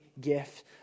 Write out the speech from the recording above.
gift